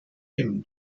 him